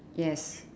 yes